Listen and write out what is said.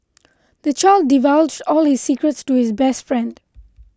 the child divulged all his secrets to his best friend